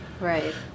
right